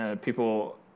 People